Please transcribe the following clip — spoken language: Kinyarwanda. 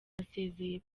yasezeye